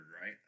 right